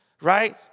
right